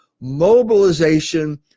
mobilization